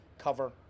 cover